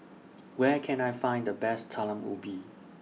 Where Can I Find The Best Talam Ubi